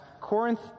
Corinth